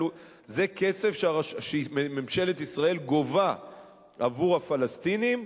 אלא זה כסף שממשלת ישראל גובה עבור הפלסטינים,